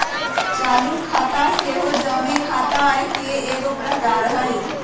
चालू खता सेहो जमें खता के एगो प्रकार हइ